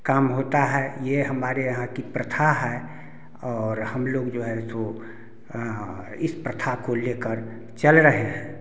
काम होता है यह हमारे यहाँ की प्रथा है और हम लोग जो है सो इस प्रथा को लेकर चल रहे हैं